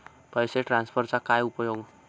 पैसे ट्रान्सफरचा काय उपयोग?